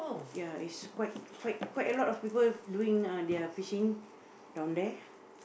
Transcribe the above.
ya is quite quite quite a lot of people doing their uh fishing down there